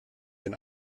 den